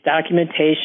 documentation